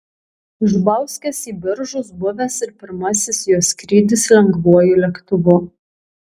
iš bauskės į biržus buvęs ir pirmasis jos skrydis lengvuoju lėktuvu